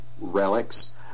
relics